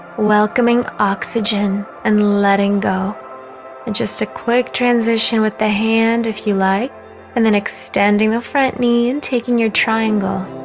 welcoming oxygen and letting go and just a quick transition with the hand if you like and then extending the front knee and taking your triangle